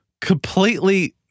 completely